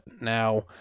Now